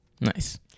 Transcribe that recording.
Nice